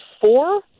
four